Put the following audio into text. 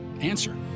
Answer